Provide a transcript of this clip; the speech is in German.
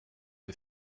wir